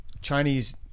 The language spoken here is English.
Chinese